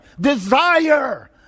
desire